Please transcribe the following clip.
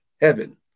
heaven